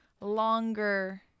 longer